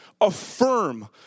affirm